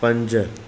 पंज